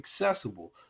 accessible